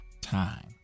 time